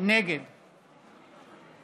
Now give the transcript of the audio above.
נגד